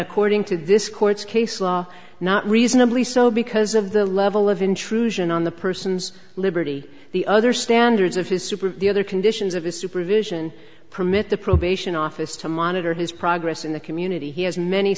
according to this court's case law not reasonably so because of the level of intrusion on the person's liberty the other standards of his super the other conditions of his supervision permit the probation office to monitor his progress in the community he has many